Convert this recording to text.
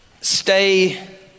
Stay